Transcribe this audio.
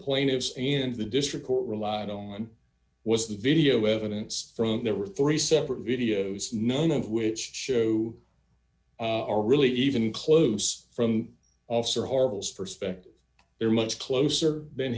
plaintiffs and the district court relied on was the video evidence from there were three separate videos none of which show a really even close from officer horribles perspective they're much closer than